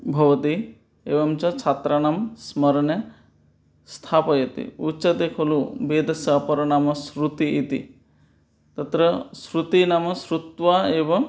भवति एवं च छात्राणं स्मरणे स्थापयति उच्यते खलु वेदस्यापरं नाम श्रुतिः इति तत्र श्रुतिः नाम श्रुत्वा एव